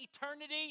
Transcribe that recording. eternity